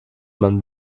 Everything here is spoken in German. man